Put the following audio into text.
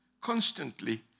constantly